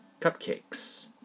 Cupcakes